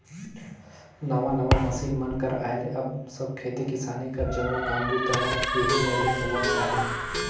नावा नावा मसीन मन कर आए ले अब सब खेती किसानी कर जम्मो काम बूता हर एही मे ले होवत अहे